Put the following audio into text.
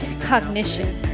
cognition